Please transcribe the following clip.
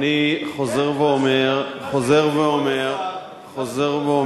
אני חוזר ואומר, חוזר ואומר,